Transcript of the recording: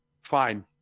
fine